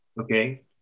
Okay